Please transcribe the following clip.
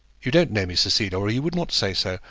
you don't know me, cecilia, or you would not say so.